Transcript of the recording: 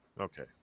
okay